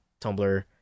Tumblr